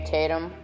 Tatum